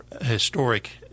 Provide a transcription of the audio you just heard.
historic